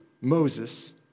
Moses